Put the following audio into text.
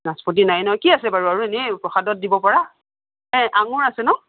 নাচপতি নাই ন কি আছে বাৰু আৰু এনে প্ৰসাদত দিব পৰা আঙুৰ আছে ন